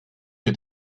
que